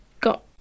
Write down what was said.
got